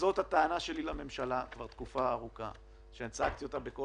וזאת הטענה שלי לממשלה כבר תקופה ארוכה שהצגתי אותה בקול